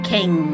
King